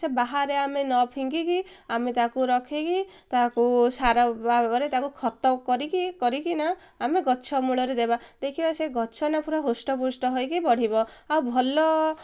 ସେ ବାହାରେ ଆମେ ନ ଫିଙ୍ଗିକି ଆମେ ତାକୁ ରଖିକି ତାକୁ ସାର ଭାବରେ ତାକୁ ଖତ କରିକି କରିକି ନା ଆମେ ଗଛ ମୂଳରେ ଦେବା ଦେଖିବା ସେ ଗଛ ନା ପୁରା ହୃଷ୍ଟ ପୃଷ୍ଟ ହୋଇକି ବଢ଼ିବ ଆଉ ଭଲ